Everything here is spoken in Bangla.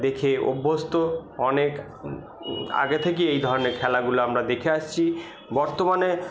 দেখে অভ্যস্ত অনেক আগে থেকেই এই ধরনের খেলাগুলো আমরা দেখে আসছি বর্তমানে